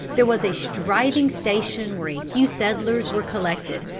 there was a striving station where a few settlers were collected,